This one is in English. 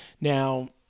now